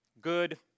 good